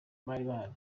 bahari